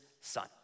son